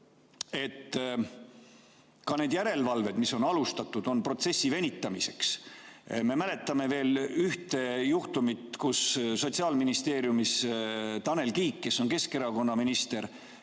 et ka need järelevalvemenetlused, mis on alustatud, on protsessi venitamiseks. Me mäletame veel ühte juhtumit, kus Sotsiaalministeeriumis Tanel Kiik, kes on Keskerakonna minister,